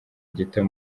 gito